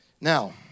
Now